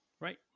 Right